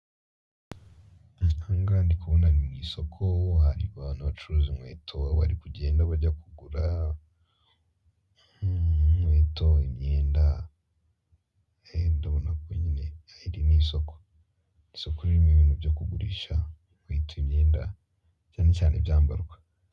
Aha ngaha ndikubona ni mu isoko, hari abantu bacuruza inkweto, abari kujyayo n'abari kugura inkweto, imyenda ndabona ko nyine iri ni isoko. Isoko ririmo ibintu byo kugurisha, inkweto, imyenda cyane cyane ibyambarwa.